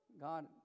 God